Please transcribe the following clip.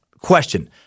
question